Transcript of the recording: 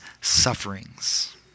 sufferings